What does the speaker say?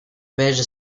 belge